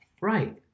Right